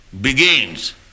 begins